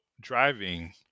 driving